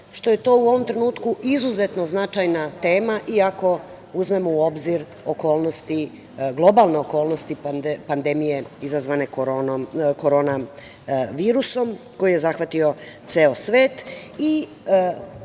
što je to u ovom trenutku izuzetno značajna tema i ako uzmemo u obzir globalne okolnosti pandemije izazvane korona virusom koji je zahvatio ceo svet